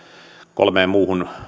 kolmeen muuhun